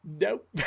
Nope